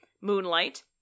Moonlight